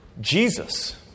Jesus